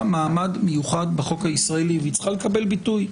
מעמד מיוחד בחוק הישראלי והיא צריכה לקבל ביטוי.